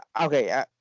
Okay